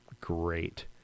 great